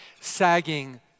sagging